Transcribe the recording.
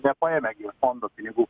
nepaėmė gi fondo pinigų